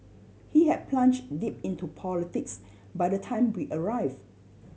he had plunged deep into politics by the time we arrived